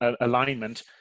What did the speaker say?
alignment